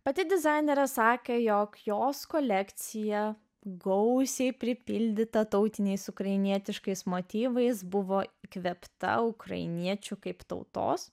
pati dizainerė sakė jog jos kolekcija gausiai pripildyta tautiniais ukrainietiškais motyvais buvo įkvėpta ukrainiečių kaip tautos